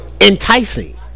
enticing